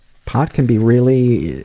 pot can be really.